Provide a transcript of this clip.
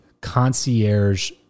concierge